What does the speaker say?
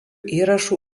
įrašų